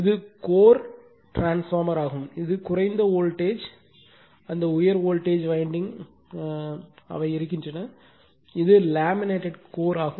இது கோர் வகை டிரான்ஸ்பார்மர் ஆகும் இது குறைந்த வோல்டேஜ் அந்த உயர் வோல்டேஜ் வைண்டிங் மேலே அவை இருக்கின்றன இது லேமினேட் கோர் ஆகும்